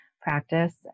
practice